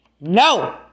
No